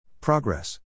Progress